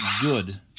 good